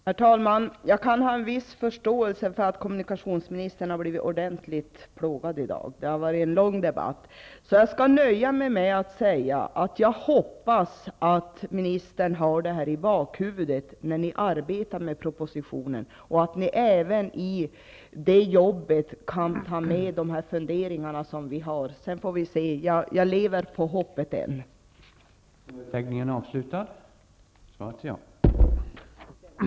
Herr talman! Jag kan ha viss förståelse för kommunikationsministern, som har blivit ordentligt plågad i dag. Det har ju varit en lång debatt. Därför nöjer jag mig med att säga att jag hoppas att ministern har dessa saker i bakhuvudet när han och andra arbetar med propositionen. Dessutom hoppas jag att ni i det jobbet tar i beaktande de funderingar som vi har. Sedan får vi se hur det blir. Jag lever alltså fortfarande på hoppet.